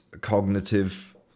cognitive